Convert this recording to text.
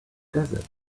desert